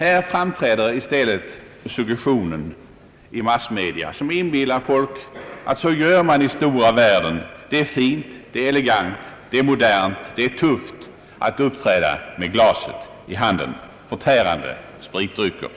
Genom suggestionen i massmedierna inbillas folk att så gör man i stora världen. Det är fint, det är elegant, det är modernt, det är tufft att uppträda med glaset i handen förtärande spritdrycker.